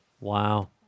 Wow